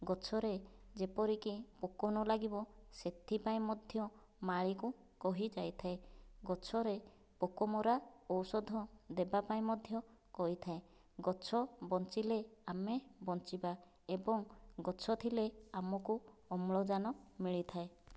ଗଛରେ ଯେପରିକି ପୋକ ନ ଲାଗିବ ସେଥିପାଇଁ ମଧ୍ୟ ମାଳୀକୁ କହିଯାଇଥାଏ ଗଛରେ ପୋକମରା ଔଷଧ ଦେବା ପାଇଁ ମଧ୍ୟ କହିଥାଏ ଗଛ ବଞ୍ଚିଲେ ଆମେ ବଞ୍ଚିବା ଏବଂ ଗଛ ଥିଲେ ଆମକୁ ଅମ୍ଳଜାନ ମିଳିଥାଏ